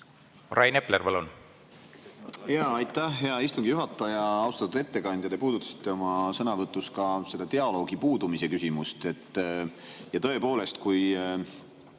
Rain Epler, palun! Aitäh, hea istungi juhataja! Austatud ettekandja! Te puudutasite oma sõnavõtus ka dialoogi puudumise küsimust. Tõepoolest, kui